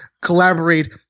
collaborate